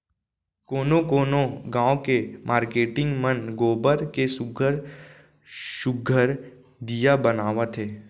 कोनो कोनो गाँव के मारकेटिंग मन गोबर के सुग्घर सुघ्घर दीया बनावत हे